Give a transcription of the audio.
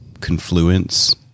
confluence